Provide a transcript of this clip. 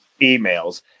emails